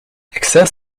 access